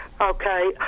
Okay